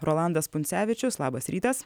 rolandas pundzevičius labas rytas